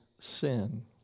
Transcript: sin